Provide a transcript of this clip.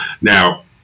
Now